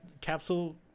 capsule